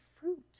fruit